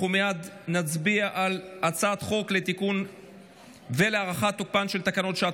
מייד נצביע על הצעת החוק לתיקון ולהארכת תוקפן של תקנות שעת